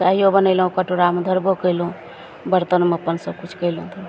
चाइओ बनेलहुँ कटोरामे धरबो कएलहुँ बरतनमे अपन सबकिछु कएलहुँ तऽ